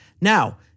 Now